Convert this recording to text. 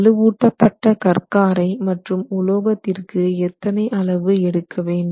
வலுவூட்டப்பட்ட கற் காரை மற்றும் உலோகத்திற்கு எத்தனை அளவு எடுக்க வேண்டும்